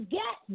get